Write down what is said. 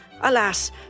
alas